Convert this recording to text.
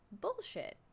bullshit